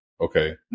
Okay